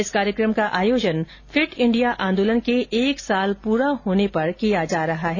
इस कार्यक्रम का आयोजन फिट इंडिया आंदोलन के एक साल पूरे होने पर किया जा रहा है